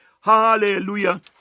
Hallelujah